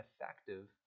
effective